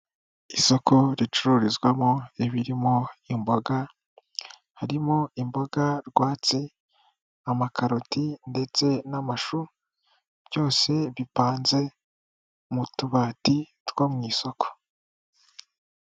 Isoko ricururizwamo ibirimo imboga, harimo imboga rwatsi, amakaroti ndetse n'amashu, byose bipanze mu tubati two mu isoko.